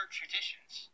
traditions